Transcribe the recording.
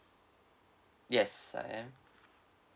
yes I am